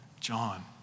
John